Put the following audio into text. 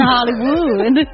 Hollywood